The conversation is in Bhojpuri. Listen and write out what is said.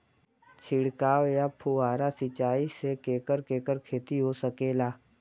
छिड़काव या फुहारा सिंचाई से केकर केकर खेती हो सकेला?